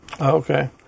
Okay